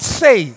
say